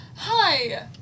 Hi